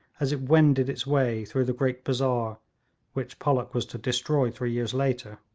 as it wended its way through the great bazaar which pollock was to destroy three years later,